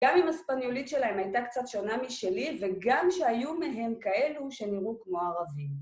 גם אם הספניולית שלהם הייתה קצת שונה משלי וגם שהיו מהם כאלו שנראו כמו ערבים.